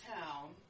town